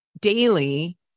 daily